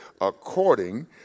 according